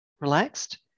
relaxed